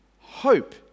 hope